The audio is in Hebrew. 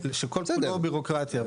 שכל כולו בירוקרטיה.